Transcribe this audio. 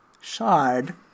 shard